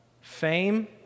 Fame